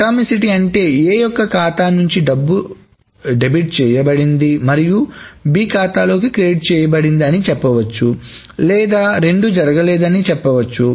atomicity అంటే A యొక్క ఖాతా నుంచి డబ్బు డెబిట్ చేయబడింది మరియు B యొక్క ఖాతాలోకి క్రెడిట్ చేయబడింది అని చెప్పవచ్చు లేదా రెండు జరగలేదు అని చెప్పవచ్చు